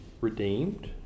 redeemed